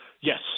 Yes